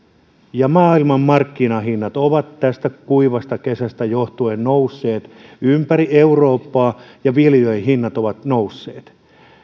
ja maailmanmarkkinahinnat ovat tästä kuivasta kesästä johtuen nousseet ympäri eurooppaa ja viljojen hinnat ovat nousseet